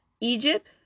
Egypt